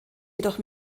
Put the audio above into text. jedoch